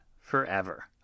Forever